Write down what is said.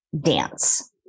dance